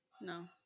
No